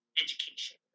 education